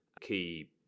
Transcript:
key